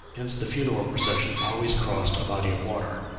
hence the funeral procession always crossed a body of water.